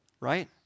Right